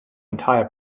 entire